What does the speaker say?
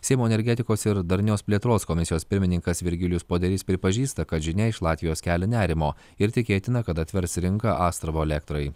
seimo energetikos ir darnios plėtros komisijos pirmininkas virgilijus poderys pripažįsta kad žinia iš latvijos kelia nerimo ir tikėtina kad atvers rinką astravo elektrai